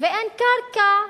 ואין קרקע,